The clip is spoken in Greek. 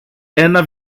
ένα